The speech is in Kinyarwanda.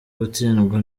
gutsindwa